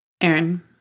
Aaron